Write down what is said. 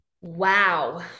Wow